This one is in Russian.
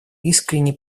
искренне